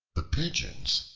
the pigeons,